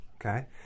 okay